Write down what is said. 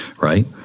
right